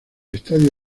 estadio